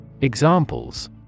Examples